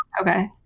okay